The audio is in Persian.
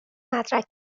مدرک